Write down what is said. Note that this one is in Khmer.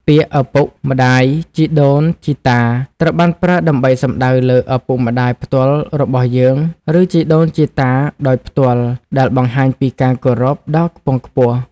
ពាក្យ ឪពុក ម្ដាយ ជីដូន ជីតា ត្រូវបានប្រើដើម្បីសំដៅលើឪពុកម្ដាយផ្ទាល់របស់យើង ឬជីដូនជីតា ដោយផ្ទាល់ ដែលបង្ហាញពីការគោរពដ៏ខ្ពង់ខ្ពស់។